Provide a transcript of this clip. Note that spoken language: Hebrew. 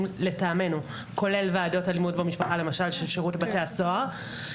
לטעמנו כולל ועדות אלימות במשפחה למשל של שירות בתי הסוהר,